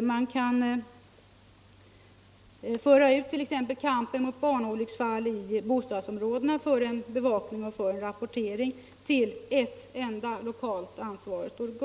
Man kan t.ex. föra ut kampen mot barnolycksfall i bostadsområdena för bevakning och rapportering till ett enda lokalt ansvarigt organ.